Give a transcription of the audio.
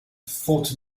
fought